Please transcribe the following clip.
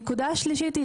הנקודה השלישית,